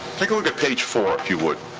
take a look at page four, if you would.